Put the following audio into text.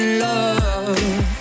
love